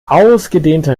ausgedehnte